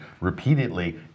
repeatedly